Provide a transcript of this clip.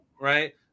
right